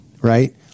right